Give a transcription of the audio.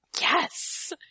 Yes